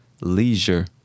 Leisure